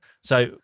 So-